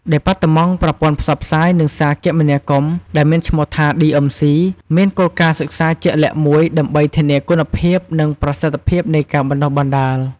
ដេប៉ាតឺម៉ង់ប្រព័ន្ធផ្សព្វផ្សាយ និងសារគមនាគមន៍ ដែលមានឈ្មោះថា ឌីអឹមស៊ី (DMC) មានគោលការណ៍សិក្សាជាក់លាក់មួយដើម្បីធានាគុណភាព និងប្រសិទ្ធភាពនៃការបណ្ដុះបណ្ដាល។